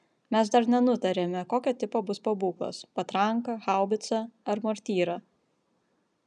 mes dar nenutarėme kokio tipo bus pabūklas patranka haubicą ar mortyra